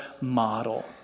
model